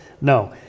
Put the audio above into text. No